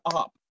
up